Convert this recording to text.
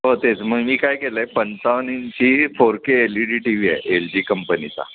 हो तेच मग मी काय केलं आहे पंचावन्न इंची four K L E D T V आहे एल जी कंपनीचा